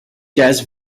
jazz